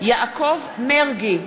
יעקב מרגי,